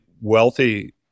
wealthy